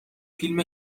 فیلم